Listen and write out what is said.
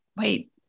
Wait